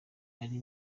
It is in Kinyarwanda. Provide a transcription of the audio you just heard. ari